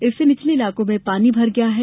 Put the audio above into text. इससे निचले इलाकों में पानी भर गया है